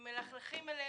מלכלכים עלינו,